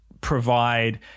provide